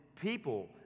people